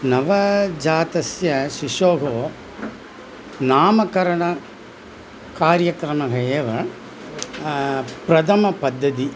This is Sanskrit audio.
नवजातशिशोः नामकरणकार्यक्रमः एव प्रथमा पद्धतिः